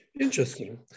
interesting